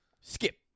Skip